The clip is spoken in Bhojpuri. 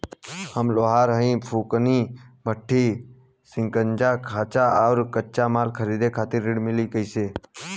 हम लोहार हईं फूंकनी भट्ठी सिंकचा सांचा आ कच्चा माल खरीदे खातिर ऋण कइसे मिली?